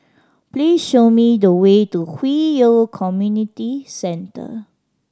please show me the way to Hwi Yoh Community Centre